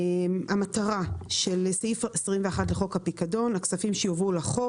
המטרה של סעיף 21 לחוק הפיקדון: הכספים שיועברו לקרן,